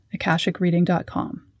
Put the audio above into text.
akashicreading.com